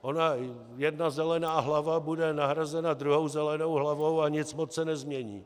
Ona jedna zelená hlava bude nahrazena druhou zelenou hlavou a nic moc se nezmění.